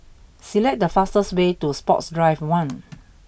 select the fastest way to Sports Drive one